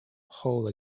whole